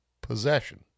possession